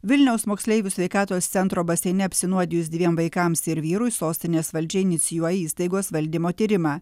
vilniaus moksleivių sveikatos centro baseine apsinuodijus dviem vaikams ir vyrui sostinės valdžia inicijuoja įstaigos valdymo tyrimą